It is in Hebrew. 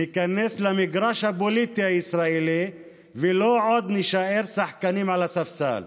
ניכנס למגרש הפוליטי הישראלי ולא עוד נישאר שחקנים על הספסל.